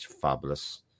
fabulous